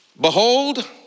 behold